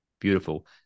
Beautiful